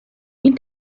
این